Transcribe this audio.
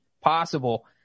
possible